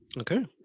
Okay